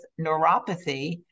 neuropathy